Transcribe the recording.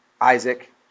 Isaac